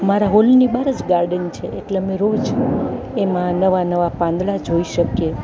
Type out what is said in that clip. મારા હોલની બહાર જ ગાર્ડન છે એટલે અમે રોજ એમાં નવા નવા પાંદડા જોઈ શકીએ